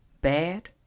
bad